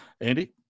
Andy